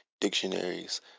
dictionaries